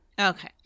Okay